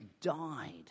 died